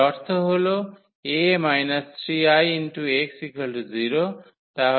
এর অর্থ হল 𝐴 − 3𝐼𝑥 0